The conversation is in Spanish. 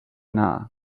nada